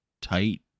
tight